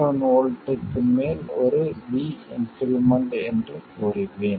7 V க்கு மேல் ஒரு V இன்க்ரிமென்ட் என்று கூறுவேன்